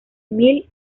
mil